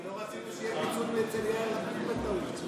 כי לא רצינו שיהיה פיצול אצל יאיר לפיד בטעות.